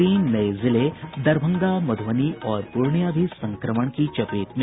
तीन नये जिले दरभंगा मधुबनी और पूर्णिया भी संक्रमण की चपेट में